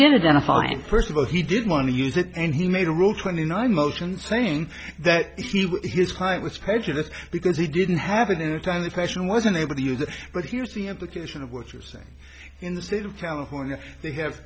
then a fine first of all he didn't want to use it and he made a rule twenty nine motions saying that his client was prejudice because he didn't have it in a timely fashion wasn't able to do that but here's the implication of what you're saying in the state of california they have